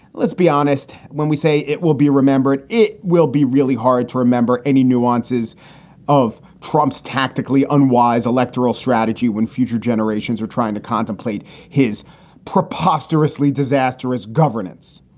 let's be honest. when we say it will be remembered, it it will be really hard to remember any nuances of trump's tactically unwise electoral strategy when future generations are trying to contemplate his preposterously disastrous governance.